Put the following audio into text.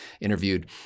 interviewed